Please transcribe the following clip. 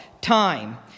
time